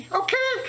okay